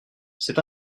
c’est